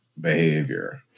behavior